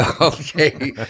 okay